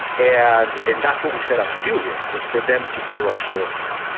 and and that's what we set out to do, really, is for them to hear our stories.